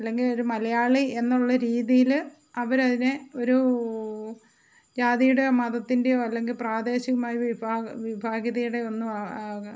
അല്ലെങ്കിൽ ഒരു മലയാളി എന്നുള്ള രീതിയിൽ അവർ അതിനെ ഒരു ജാതിയുടെയോ മതത്തിൻ്റെയോ അല്ലെങ്കിൽ പ്രാദേശികമായ വിഭാ വിഭാഗിതയുടെയോ ഒന്നും